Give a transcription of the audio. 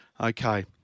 Okay